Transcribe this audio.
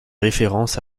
référence